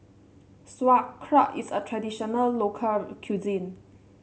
sauerkraut is a traditional local cuisine